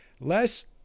Less